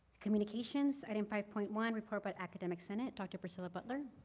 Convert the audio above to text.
communications, i mean five point one, report by academic senate, dr. priscilla butler.